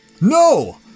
No